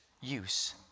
use